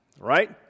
Right